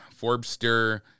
Forbster